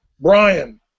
Brian